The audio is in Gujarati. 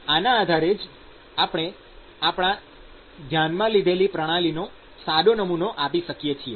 આના આધારે જ આપણે આપણાં ધ્યાનમાં લીધેલી પ્રણાલીનો સાદો નમૂનો આપી શકીએ છીએ